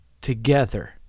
together